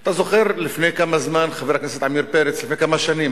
אתה זוכר, לפני כמה שנים, חבר הכנסת עמיר פרץ רצה